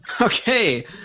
Okay